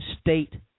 state